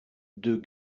deux